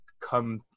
come